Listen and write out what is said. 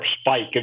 spike